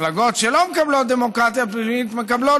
ומפלגות שלא מקיימות דמוקרטיה פנימית מקבלות